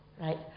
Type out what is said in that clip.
right